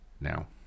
Now